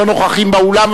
לא נוכחים באולם,